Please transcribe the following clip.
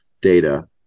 data